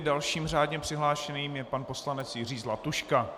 Dalším řádně přihlášeným je pan poslanec Jiří Zlatuška.